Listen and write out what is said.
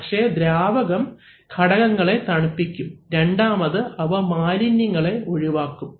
പക്ഷേ ദ്രാവകം ഘടകങ്ങളെ തണുപ്പിക്കും രണ്ടാമത് അവ മാലിന്യങ്ങളെ ഒഴിവാക്കും